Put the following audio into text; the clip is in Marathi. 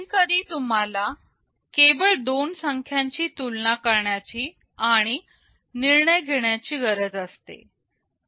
कधीकधी तुम्हाला केवळ दोन संख्यांची तुलना करण्याची आणि निर्णय घेण्याची गरज असते